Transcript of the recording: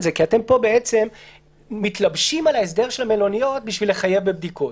זה כי אתם פה בעצם מתלבשים על ההסדר של מלוניות בשביל לחייב בבדיקות.